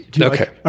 okay